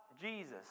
Jesus